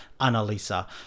Annalisa